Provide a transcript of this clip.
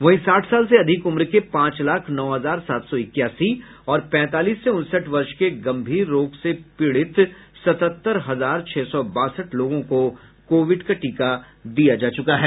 वहीं साठ साल से अधिक उम्र के पांच लाख नौ हजार सात सौ इक्यासी और पैंतालीस से उनसठ वर्ष के गंभीर रोग से पीड़ित सतहत्तर हजार छह सौ बासठ लोगों को कोविड का टीका दिया जा चुका है